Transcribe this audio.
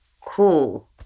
cool